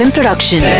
Production